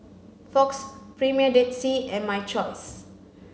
Fox Premier Dead Sea and My Choice